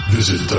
Visit